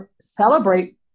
celebrate